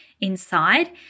inside